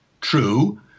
True